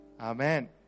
amen